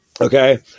Okay